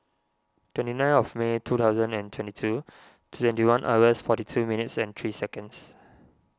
twenty nine of May two thousand and twenty two twenty one hours forty two minutes and three seconds